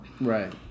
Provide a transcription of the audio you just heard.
Right